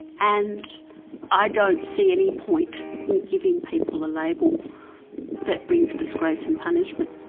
and i don't see any point in giving people a label that brings disgrace and punishment.